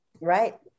right